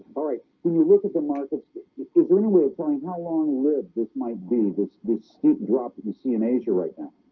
all right when you look at the market is there any way of playing how long live this might be this this steep drop if you see in asia right now?